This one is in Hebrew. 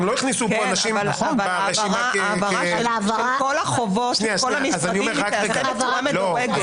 הם לא הכניסו אנשים ברשימת --- לכן העברה מדורגת.